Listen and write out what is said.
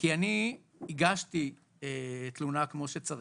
כי אני הגשתי תלונה כמו שצריך.